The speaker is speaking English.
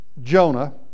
Jonah